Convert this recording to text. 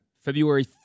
February